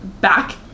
back